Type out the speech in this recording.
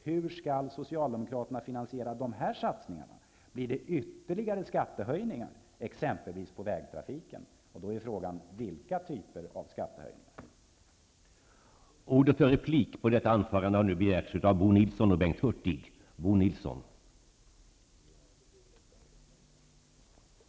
Hur skall socialdemokraterna finansiera de här satsningarna? Blir det ytterligare skattehöjningar, exempelvis på vägtrafiken, eller vilken typ av skattehöjningar blir det fråga om?